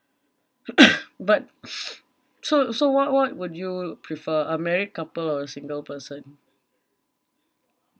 but so so what what would you prefer a married couple or a single person